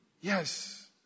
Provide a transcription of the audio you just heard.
Yes